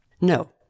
No